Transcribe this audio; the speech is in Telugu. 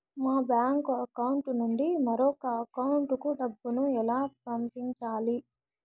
మా బ్యాంకు అకౌంట్ నుండి మరొక అకౌంట్ కు డబ్బును ఎలా పంపించాలి